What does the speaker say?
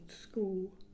school